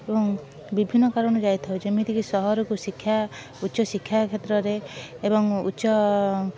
ଏବଂ ବିଭିନ୍ନ କାରଣରୁ ଯାଇଥାଉ ଯେମିତିକି ସହରକୁ ଶିକ୍ଷା ଉଚ୍ଚଶିକ୍ଷା କ୍ଷେତ୍ରରେ ଏବଂ ଉଚ୍ଚ